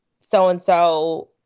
so-and-so